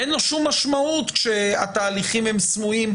אין לו שום משמעות כאשר התהליכים הם סמויים.